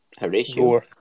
Horatio